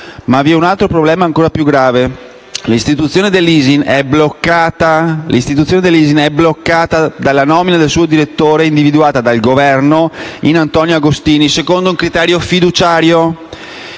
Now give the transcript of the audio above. Ma vi è un altro problema ancora più grave: l'istituzione dell'ISIN è bloccata dalla nomina del suo direttore, individuata dal Governo in Antonio Agostini secondo un criterio fiduciario.